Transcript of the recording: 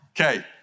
Okay